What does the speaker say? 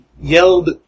yelled